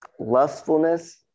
lustfulness